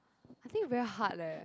I think very hard leh